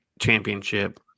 championship